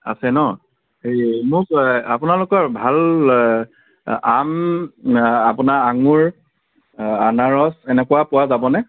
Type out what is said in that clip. আছে ন সেই মোক আপোনালোকৰ ভাল আম আপোনাৰ আঙুৰ আনাৰস এনেকুৱা পোৱা যাব নে